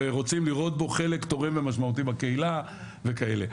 ורוצים לראות בו חלק תורם ומשמעותי בקהילה וכאלה.